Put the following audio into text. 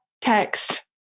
text